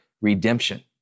redemption